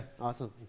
awesome